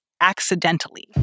accidentally